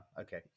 Okay